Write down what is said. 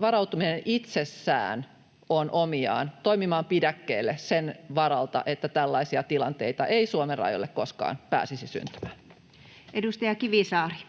varautuminen itsessään on omiaan toimimaan pidäkkeenä sen varalta, että tällaisia tilanteita ei Suomen rajoille koskaan pääsisi syntymään. [Speech 145]